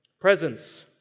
Presence